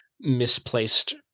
misplaced